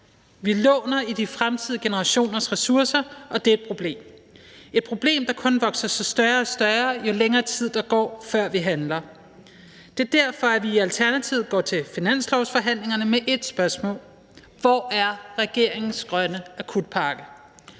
Vi låner af de fremtidige generationers ressourcer, og det er et problem – et problem, der kun vokser sig større og større, jo længere tid der går, før vi handler. Det er derfor, at vi i Alternativet går til finanslovsforhandlingerne med ét spørgsmål: Hvor er regeringens grønne akutpakke?